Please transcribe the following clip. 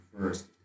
first